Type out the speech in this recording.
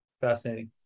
fascinating